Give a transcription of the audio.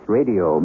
Radio